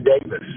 Davis